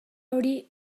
hori